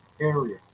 area